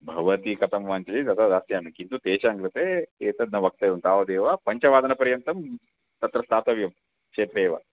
भवती कथं वाञ्छति तथा दास्यामि किन्तु तेषां कृते एतद् न वक्तव्यं तावदेव पञ्चवादनपर्यन्तं तत्र स्थातव्यं क्षेत्रे एव